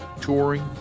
touring